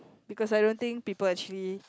because I don't think people actually